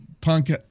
punk